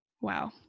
Wow